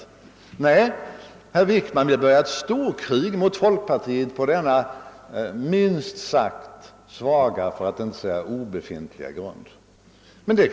Herr Wickman vill emellertid börja ett storkrig mot folkpartiet på denna svaga, för att inte säga obefintliga grund.